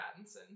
Pattinson